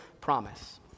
promise